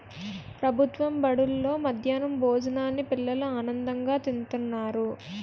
ప్రభుత్వ బడుల్లో మధ్యాహ్నం భోజనాన్ని పిల్లలు ఆనందంగా తింతన్నారు